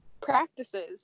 practices